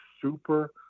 super